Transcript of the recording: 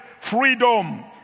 freedom